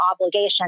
obligation